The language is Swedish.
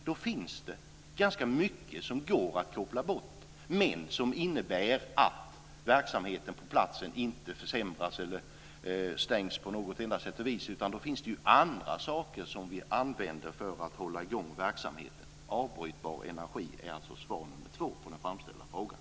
Då finns det ganska mycket som går att koppla bort, men som inte innebär att verksamheten på platsen försämras eller stängs på något enda sätt och vis. Det finns då andra saker som man kan använda för att hålla i gång verksamheten. Avbrytbar energi, är alltså svar nummer två på den framställda frågan.